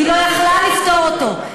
היא לא יכלה לפתור אותה.